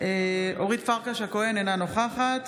אורית פרקש הכהן, אינה נוכחת